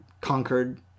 conquered